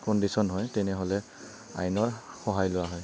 condition হয় তেনেহ'লে আইনৰ সহায় লোৱা হয়